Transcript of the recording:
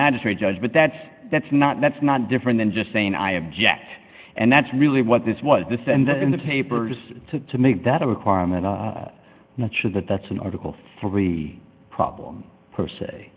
magistrate judge but that's that's not that's not different than just saying i object and that's really what this was this and that in the paper just to make that a requirement i'm not sure that that's an article for the problem per se